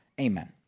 Amen